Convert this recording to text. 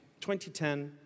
2010